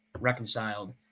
Reconciled